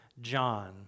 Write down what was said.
John